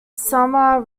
summer